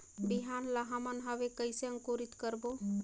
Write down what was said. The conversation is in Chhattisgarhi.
बिहान ला हमन हवे कइसे अंकुरित करबो?